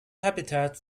habitat